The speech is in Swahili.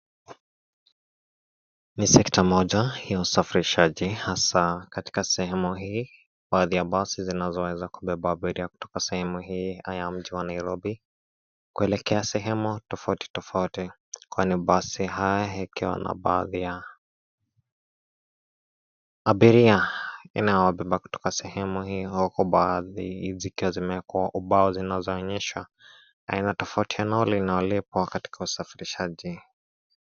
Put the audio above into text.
Ni sekta moja ya usafirishaji hasa katika sehemu hii baadhi ya basi zinazoweza kubeba abiria kutoka sehemu hii ya mji wa Nairobi kuelekea sehemu tofauti tofauti kwani basi hii ikiwa na baadhi ya abiria inayobeba sehemu kutoka sehemu hii ikiwa na vibao zinazoonyesha aina tofauti ya nauli inalipwa katika usafirishaji.